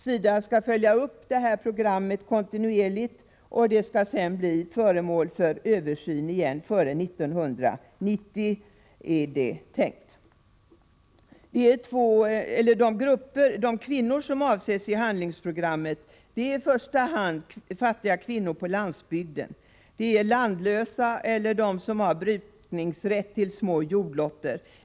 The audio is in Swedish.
SIDA skall följa upp programmet kontinuerligt, och det skall sedan bli föremål för översyn igen före 1990, är det tänkt. De kvinnor som avses i handlingsprogrammet är i första hand fattiga kvinnor på landsbygden, landlösa eller de som har brukningsrätt till små jordlotter.